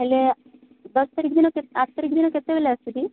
ହେଲେ ଦଶ ତାରିଖ ଦିନ କେ ଆଠ ତାରିଖ ଦିନ କେତେବେଳେ ଆସିବି